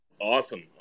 Awesome